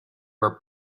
were